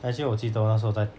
actually 我记得我那时候在